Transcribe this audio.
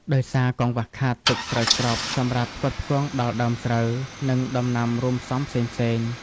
ដោយសារកង្វះខាតទឹកស្រោចស្រពសម្រាប់ផ្គត់ផ្គង់ដល់ដើមស្រូវ និងដំណាំរួមផ្សំផ្សេងៗ។